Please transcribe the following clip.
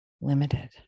limited